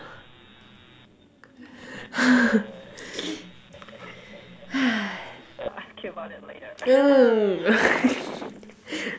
!eww!